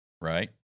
right